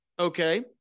Okay